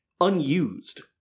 unused